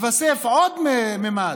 התווסף עוד ממד: